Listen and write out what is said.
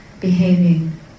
behaving